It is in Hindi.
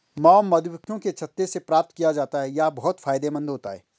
मॉम मधुमक्खियों के छत्ते से प्राप्त किया जाता है यह बहुत फायदेमंद होता है